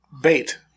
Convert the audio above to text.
Bait